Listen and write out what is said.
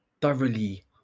thoroughly